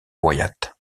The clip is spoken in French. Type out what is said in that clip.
wyatt